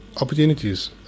opportunities